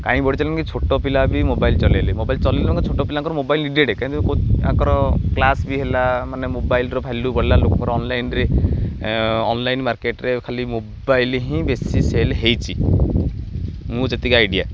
କାଇଁ ବଢ଼ିଚାଲିଲା କି ଛୋଟପିଲା ବି ମୋବାଇଲ୍ ଚଲେଇଲେ ମୋବାଇଲ୍ ଚଲେଇଲେ ଛୋଟପିଲାଙ୍କ ମୋବାଇଲ୍ ନିଡ଼େଡ଼ କିନ୍ତୁ ତାଙ୍କର କ୍ଲାସ୍ ବି ହେଲା ମାନେ ମୋବାଇଲ୍ର ଭାଲ୍ୟୁ ବଢ଼ିଲା ଲୋକଙ୍କର ଅନଲାଇନରେ ଅନଲାଇନ୍ ମାର୍କେଟରେ ଖାଲି ମୋବାଇଲ ହିଁ ବେଶୀ ସେଲ୍ ହେଇଛି ମୁଁ ଯେତିକି ଆଇଡ଼ିଆ